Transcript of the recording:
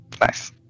Nice